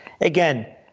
Again